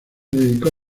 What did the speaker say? dedicó